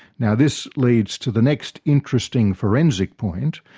now this leads to the next interesting forensic point.